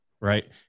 right